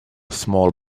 small